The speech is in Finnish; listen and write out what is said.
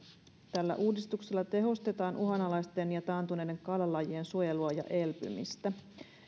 tällä uudistuksella tehostetaan uhanlaisten ja taantuneiden kalalajien suojelua ja elpymistä